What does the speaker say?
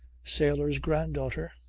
sailor's granddaughter.